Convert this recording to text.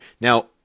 Now